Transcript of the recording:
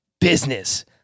business